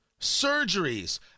Surgeries